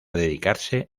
dedicarse